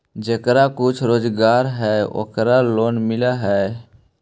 जेकरा कुछ रोजगार है ओकरे लोन मिल है?